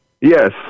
Yes